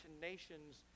nations